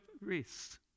rest